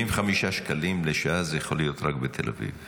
שקלים לשעה זה יכול להיות רק בתל אביב.